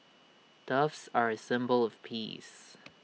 doves are A symbol of peace